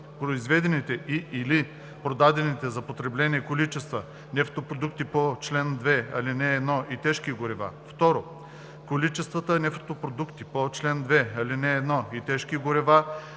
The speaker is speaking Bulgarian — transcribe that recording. произведените и/или продадените за потребление количества нефтопродукти по чл. 2, ал. 1 и тежки горива; 2. количествата нефтопродукти по чл. 2, ал. 1 и тежки горива,